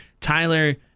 Tyler